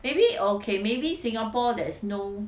maybe okay maybe singapore there is no